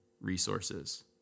resources